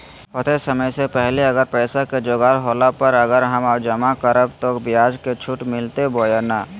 होतय समय से पहले अगर पैसा के जोगाड़ होला पर, अगर हम जमा करबय तो, ब्याज मे छुट मिलते बोया नय?